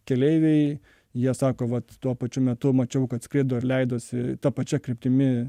keleiviai jie sako vat tuo pačiu metu mačiau kad skrido ir leidosi ta pačia kryptimi